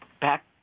back